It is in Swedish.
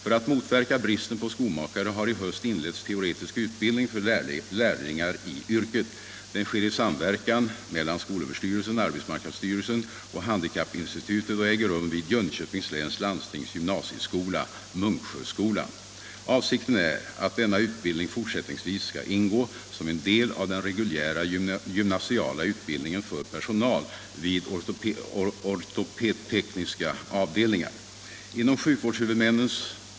För att motverka bristen på skomakare har i höst inletts teoretisk utbildning för lärlingar i yrket. Den sker i samverkan mellan skolöverstyrelsen, arbetsmarknadsstyrelsen och handikappinstitutet och äger rum vid Jönköpings läns landstings gymnasieskola, Munksjöskolan. Avsikten är att denna utbildning fortsättningsvis skall ingå som en del av den reguljära gymnasiala utbildningen för personal vid ortopedtekniska avdelningar.